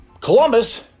Columbus